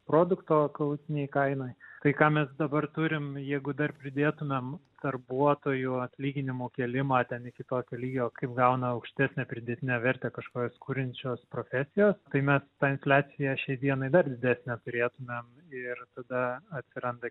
produkto galutinėj kainoj tai ką mes dabar turim jeigu dar pridėtumėm darbuotojų atlyginimų kėlimą ten iki tokio lygio kaip gauna aukštesnę pridėtinę vertę kažkokios kuriančios profesijos tai mes transliacija šiai dienai dar didesnę turėtumėm ir tada atsiranda